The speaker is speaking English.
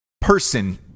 person